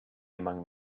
among